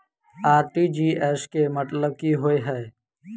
RTGS केँ मतलब की होइ हय?